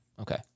Okay